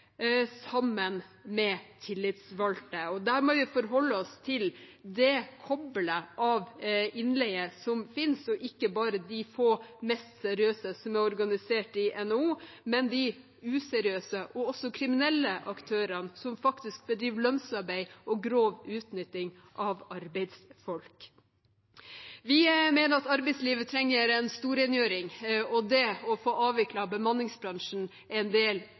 sammen med de tillitsvalgte. Der må vi forholde oss til det kobbelet av innleie som fins, og ikke bare de få, mest seriøse som er organisert i NHO, men de useriøse og også kriminelle aktørene som faktisk bedriver lønnsarbeid og grov utnytting av arbeidsfolk. Vi mener at arbeidslivet trenger en storrengjøring, og det å få avviklet bemanningsbransjen er en del